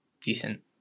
decent